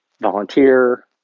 volunteer